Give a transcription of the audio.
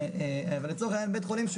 אבל לצורך העניין בית חולים,